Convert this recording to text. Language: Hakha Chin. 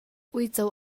uico